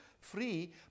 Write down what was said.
free